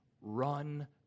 run